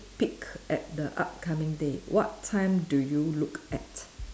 peek at the upcoming day what time do you look at